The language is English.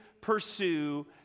pursue